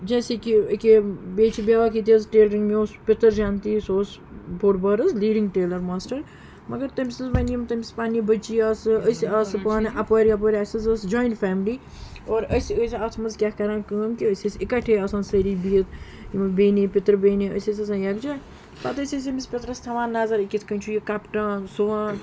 جیسے کہِ أکیاہ بیٚیہِ چھِ بیٛاکھ ییٚتہِ حظ ٹیلرِنٛگ مےٚ اوس پِتٕر جَنتی سُہ اوس بوٚڑ بار حظ لیٖڈِنٛگ ٹیلَر ماسٹَر مگر تٔمِس حظ وَنہِ یِم تٔمِس پَننہِ بٔچی آسہٕ أسۍ آسہٕ پانہٕ اَپٲرۍ یَپٲرۍ اَسہِ حظ ٲس جویِنٹ فیملی اور أسۍ ٲسۍ اَتھ منٛز کیٛاہ کَران کٲم کہِ أسۍ ٲسۍ اِکَٹھے آسان سٲری بِہِتھ یِم بیٚنہِ پِتٕر بیٚنہِ أسۍ ٲسۍ آسان یکجا پَتہٕ ٲسۍ أسۍ أمِس پِترَس تھاوان نظر یہِ کِتھ کٔنۍ چھُ یہِ کَٹان سُوان